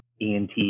ENT